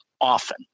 often